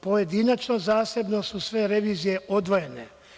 Pojedinačno zasebno su sve revizije odvojene.